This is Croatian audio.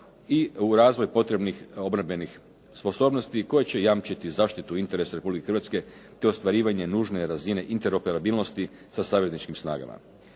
i u razvoj potrebnih obrambenih sposobnosti koji će jamčiti zaštitu interesa Republike Hrvatske te ostvarivanje nužne razine interoperabilnosti sa savjetničkim snagama.